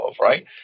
right